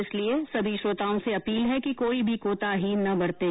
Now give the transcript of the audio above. इसलिए सभी श्रोताओं से अपील है कि कोई भी कोताही न बरतें